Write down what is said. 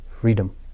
freedom